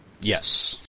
Yes